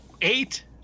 eight